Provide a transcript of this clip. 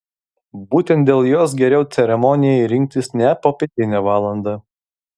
būtent dėl jos geriau ceremonijai rinktis ne popietinę valandą